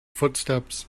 footsteps